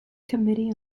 committee